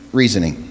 reasoning